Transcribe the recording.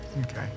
Okay